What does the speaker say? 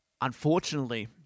unfortunately